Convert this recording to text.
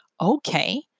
okay